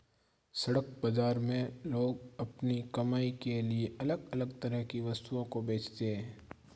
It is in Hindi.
सड़क बाजार में लोग अपनी कमाई के लिए अलग अलग तरह की वस्तुओं को बेचते है